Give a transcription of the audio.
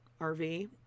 RV